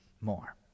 more